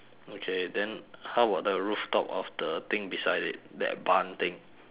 okay then how about the rooftop of the thing beside it that barn thing